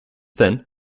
then